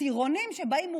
הסתירונים שבאים מורעבים,